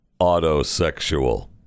autosexual